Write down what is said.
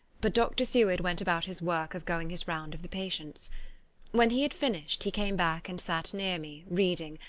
but dr. seward went about his work of going his round of the patients when he had finished he came back and sat near me, reading,